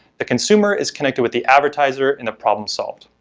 the consumer is connected with the advertiser, and the problem solved.